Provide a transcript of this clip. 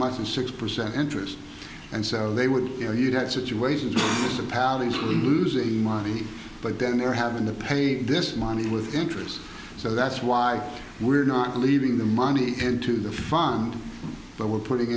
much as six percent interest and so they would you know you get situations as a pal these are losing money but then they're having to pay this money with interest so that's why we're not leaving the money into the fund but we're putting